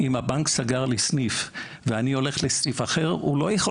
אם הבנק סגר לי סניף ואני הולך לסניף אחר הוא לא יכול